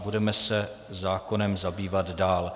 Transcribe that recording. Budeme se zákonem zabývat dále.